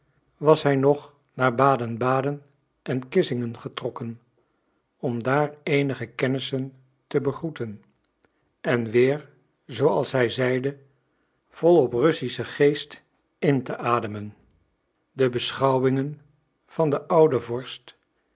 was hij nog naar baden-baden en kissingen getrokken om daar eenige kennissen te begroeten en weer zooals hij zeide volop russischen geest in te ademen de beschouwingen van den ouden vorst